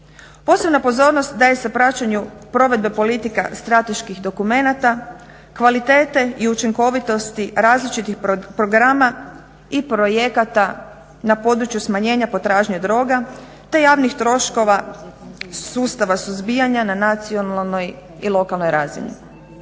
Posebna pozornost daje se praćenju provedbe politika strateških dokumenata, kvalitete i učinkovitosti različitih programa i projekata na području smanjenja potražnje droga te javnih troškova sustava suzbijanja na nacionalnoj i lokalnoj razini.